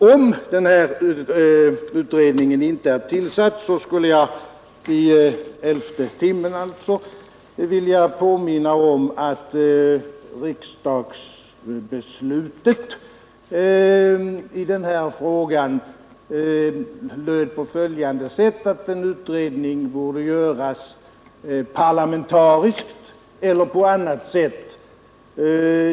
Om den här utredningen inte är tillsatt, skulle jag i elfte timmen vilja påminna om att riksdagsbeslutet i frågan löd på följande sätt: att en utredning borde göras parlamentariskt eller på annat sätt.